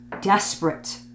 desperate